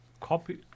copy